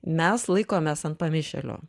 mes laikomės ant pamišėlio